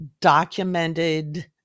documented